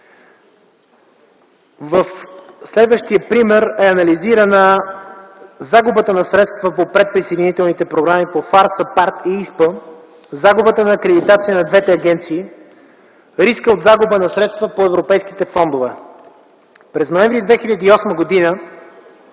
В следващия пример са анализирани загубата на средства по предприсъединителните програми ФАР, САПАРД И ИСПА, загубата на акредитация на двете агенции, рискът от загуба на средства по европейските фондове . През ноември 2008 г.